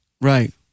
right